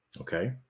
okay